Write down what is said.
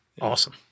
Awesome